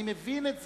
אני מבין את זה,